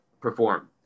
perform